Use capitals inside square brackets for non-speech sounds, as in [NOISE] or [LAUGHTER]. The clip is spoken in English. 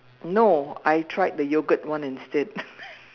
no I tried the yogurt one instead [LAUGHS]